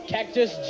Cactus